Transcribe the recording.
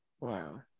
Wow